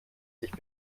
sich